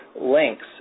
Links